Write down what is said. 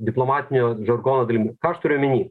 diplomatinio žargono dalimi ką aš turiu omeny